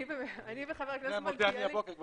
מאוד מודה לך שכבר